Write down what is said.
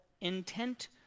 intent